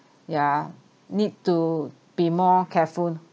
yeah need to be more careful